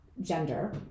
gender